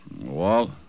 Walt